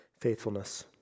faithfulness